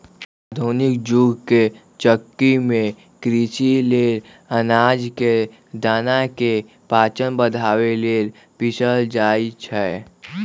आधुनिक जुग के चक्की में कृषि लेल अनाज के दना के पाचन बढ़ाबे लेल पिसल जाई छै